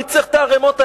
מי צריך את הערימות האלה?